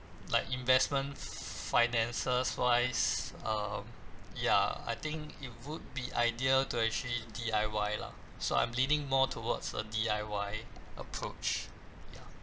like investment finances wise um ya I think it would be ideal to actually D_I_Y lah so I'm leaning more towards a D_I_Y approach ya